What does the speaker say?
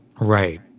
Right